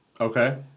Okay